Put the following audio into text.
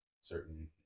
certain